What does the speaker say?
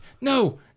No